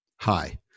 Hi